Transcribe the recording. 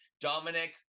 Dominic